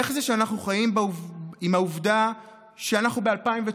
איך זה שאנחנו חיים עם העובדה שאנחנו ב-2019